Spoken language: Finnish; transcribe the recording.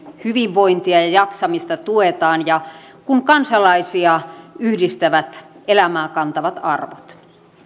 hyvinvointia ja ja jaksamista tuetaan ja kun kansalaisia yhdistävät elämää kantavat arvot